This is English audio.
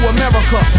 America